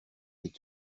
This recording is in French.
les